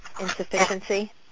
insufficiency